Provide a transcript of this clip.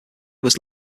was